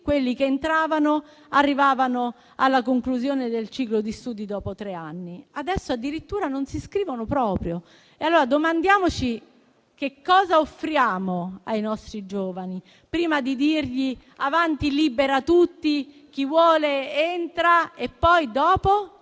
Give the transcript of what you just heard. quelli che entravano arrivavano alla conclusione del ciclo di studi dopo tre anni. Adesso addirittura non si iscrivono proprio. Domandiamoci allora che cosa offriamo ai nostri giovani prima di dirgli avanti, libera tutti, chi vuole entra e, poi, dopo?